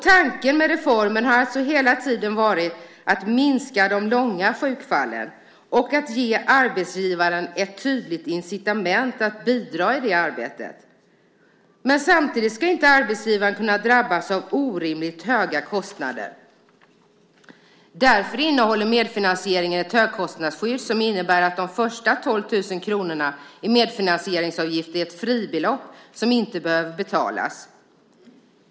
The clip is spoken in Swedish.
Tanken med reformen har alltså hela tiden varit att minska de långvariga sjukfallen och att ge arbetsgivaren ett tydligt incitament att bidra i det arbetet. Men samtidigt ska inte arbetsgivaren kunna drabbas av orimligt höga kostnader. Därför innehåller medfinansieringen ett högkostnadsskydd som innebär att de första 12 000 kronorna i medfinansieringsavgift är ett fribelopp som inte behöver betalas.